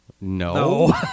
No